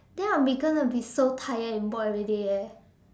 then I'm be gonna be so tired and bored everyday eh